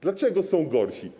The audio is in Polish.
Dlaczego są gorsi?